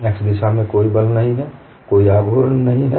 x दिशा में कोई बल नहीं है कोई आघूर्ण नहीं है